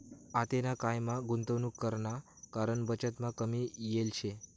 आतेना कायमा गुंतवणूक कराना कारण बचतमा कमी येल शे